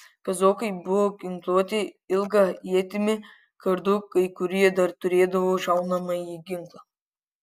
kazokai buvo ginkluoti ilga ietimi kardu kai kurie dar turėdavo šaunamąjį ginklą